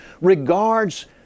regards